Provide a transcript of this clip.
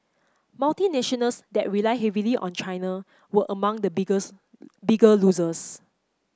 multinationals that rely heavily on China were among the bigger losers